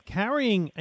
carrying